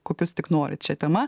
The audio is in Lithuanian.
kokius tik norit šia tema